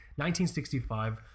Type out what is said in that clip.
1965